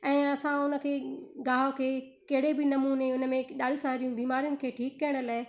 ऐं असां हुनखे गाह खे कहिड़े बि नमूने हुन में ॾाढी सारियूं बीमारियुनि खे ठीकु करण लाइ